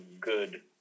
good